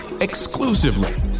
exclusively